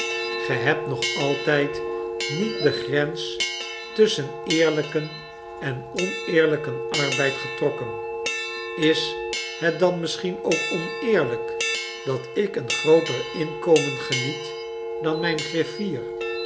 ge hebt nog altijd niet de grens tusschen eerlijken en oneerlijken arbeid getrokken is het dan misschien ook oneerlijk dat ik een grooter inkomen geniet dan mijn griffier